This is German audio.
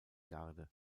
garde